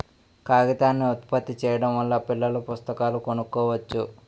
కాగితాన్ని ఉత్పత్తి చేయడం వల్ల పిల్లల పుస్తకాలను కొనుక్కోవచ్చు